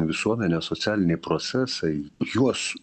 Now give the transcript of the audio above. visuomenės socialiniai procesai juos